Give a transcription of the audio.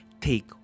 Take